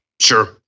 Sure